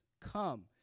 come